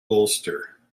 bolster